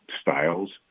styles